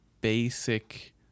basic